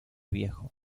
viejo